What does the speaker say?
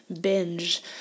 binge